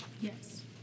Yes